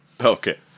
Okay